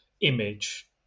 image